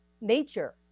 nature